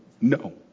No